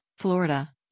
Florida